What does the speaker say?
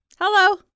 Hello